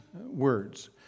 words